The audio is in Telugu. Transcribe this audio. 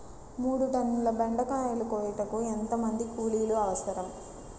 మూడు టన్నుల బెండకాయలు కోయుటకు ఎంత మంది కూలీలు అవసరం?